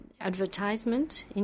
Advertisement